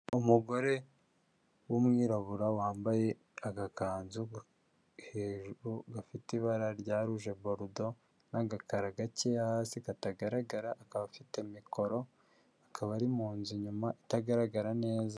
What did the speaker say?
Umugore w'umwirabura wambaye agakanzu hejuru gafite ibara rya ruje borudo n'agakara gake hasi katagaragara, akaba afite mikoro, akaba ari mu nzu inyuma itagaragara neza.